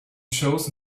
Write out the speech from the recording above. chose